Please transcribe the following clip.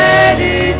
Ready